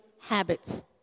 habits